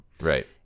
right